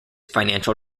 financial